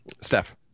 Steph